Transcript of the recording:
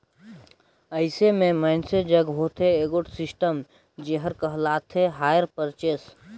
अइसे में मइनसे जग होथे एगोट सिस्टम जेहर कहलाथे हायर परचेस